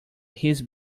his